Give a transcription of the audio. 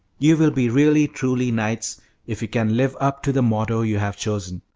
you will be really truly knights if you can live up to the motto you have chosen.